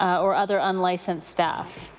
or other unlicenced staff?